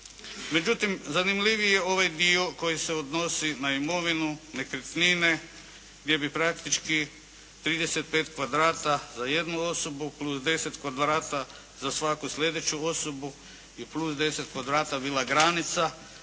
Međutim, zanimljiviji je ovaj dio koji se odnosi na imovinu, nekretnine gdje bi praktički 35 kvadrata za jednu osobu plus 10 kvadrata za svaku slijedeću osobu i plus 10 kvadrata bila granica